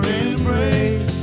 embrace